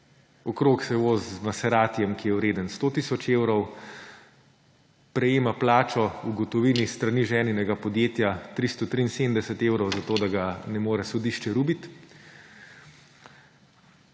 Okrog se vozi z maseratijem, ki je vreden 100 tisoč evrov, prejema plačo v gotovini s strani ženinega podjetja 373 evrov, da ga ne more sodišče rubiti,